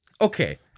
Okay